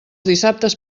dissabtes